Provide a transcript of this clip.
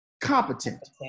competent